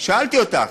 שאלתי אותך,